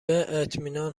اطمینان